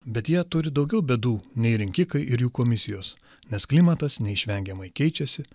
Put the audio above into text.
bet jie turi daugiau bėdų nei rinkikai ir jų komisijos nes klimatas neišvengiamai keičiasi